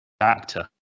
actor